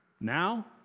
Now